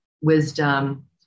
wisdom